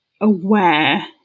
aware